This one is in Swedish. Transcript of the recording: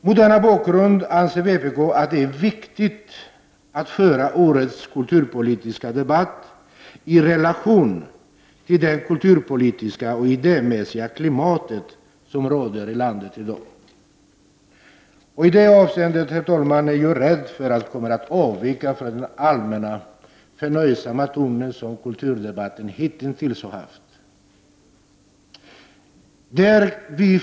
Mot denna bakgrund anser vpk att det är viktigt att föra årets kulturpolitiska debatt i relation till det kulturpolitiska och idémässiga klimat som råder i landet i dag. I det avseendet, herr talman, är jag rädd att jag kommer att avvika från den allmänna förnöjsamma ton som kulturdebatten hitintills har haft.